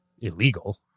illegal